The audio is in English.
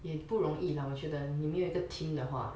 也不容易啦我觉得你没有一个 team 的话